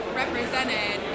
represented